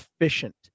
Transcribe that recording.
efficient